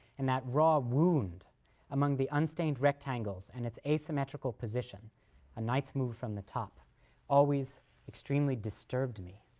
and that raw wound among the unstained rectangles and its asymmetrical position a knight's move from the top always extremely disturbed me.